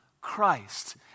Christ